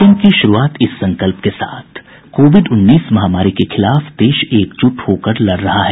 bulletin की शुरूआत इस संकल्प के साथ कोविड उन्नीस महामारी के खिलाफ देश एकजुट होकर लड़ रहा है